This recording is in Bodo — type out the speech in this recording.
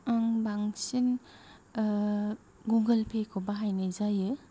आं बांसिन गुगोल पेखौ बाहायनाय जायो